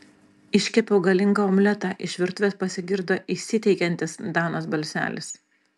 iškepiau galingą omletą iš virtuvės pasigirdo įsiteikiantis danos balselis